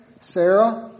Sarah